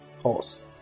Horse